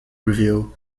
review